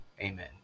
amen